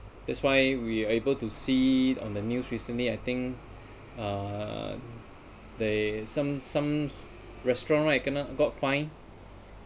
that's why we are able to see it on the news recently I think uh they some some restaurant right kena got fined